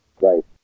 Right